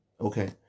okay